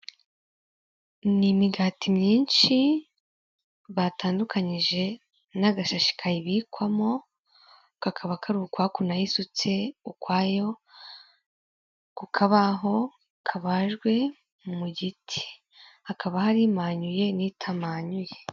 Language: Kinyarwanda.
Ni imigati myinshi batandukanyije n'agashishi kayibikwamo kakaba kari ukwako nayo isutse ukwayo ku kabaho kabajwe mu giti, hakaba hari imanyuye n'itamanyuye.